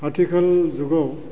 आथिखाल जुगाव